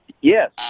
Yes